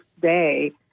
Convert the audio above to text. day